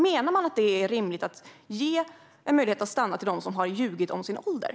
Menar man att det är rimligt att ge dem som har ljugit om sin ålder en möjlighet att stanna?